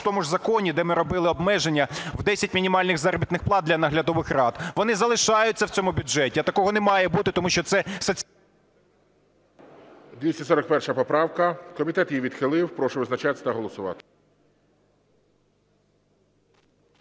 В тому ж законі, де ми робили обмеження в 10 мінімальних заробітних плат для наглядових рад, вони залишаються в цьому бюджеті, а такого не має бути, тому що це… ГОЛОВУЮЧИЙ. 241 поправка. Комітет її відхилив. Прошу визначатися та голосувати.